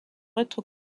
être